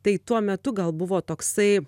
tai tuo metu gal buvo toksai